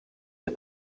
het